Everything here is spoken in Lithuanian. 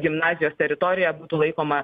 gimnazijos teritorija būtų laikoma